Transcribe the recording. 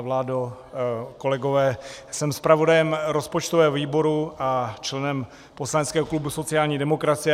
Vládo, kolegové, jsem zpravodajem rozpočtového výboru a členem poslaneckého klubu sociální demokracie.